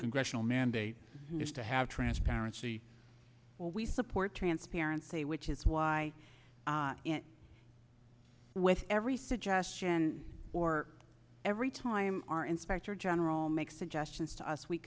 congressional mandate is to have transparency we support transparency which is why with every suggestion or every time our inspector general makes suggestions to us we